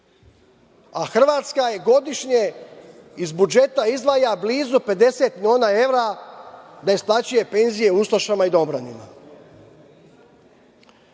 a Hrvatska godišnje iz budžeta izdvaja blizu 50 miliona evra da isplaćuje penzije ustašama i dobranima.Za